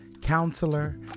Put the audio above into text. counselor